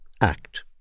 Act